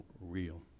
real